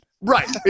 Right